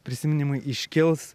prisiminimai iškils